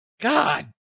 God